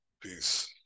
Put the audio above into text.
Peace